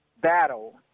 battle